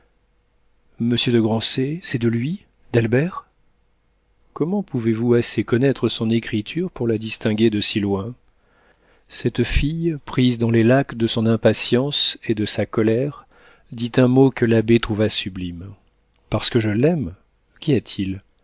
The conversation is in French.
de grancey c'est de lui d'albert comment pouvez-vous assez connaître son écriture pour la distinguer de si loin cette fille prise dans les lacs de son impatience et de sa colère dit un mot que l'abbé trouva sublime parce que je l'aime qu'y a-t-il